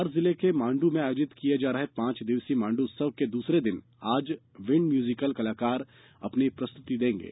धार जिले के माण्डू में आयोजित किये जा रहे पांच दिवसीय माण्डू उत्सव के दूसरे दिन आज विण्ड म्युजिकल कलाकार अपनी प्रस्तुति देंगे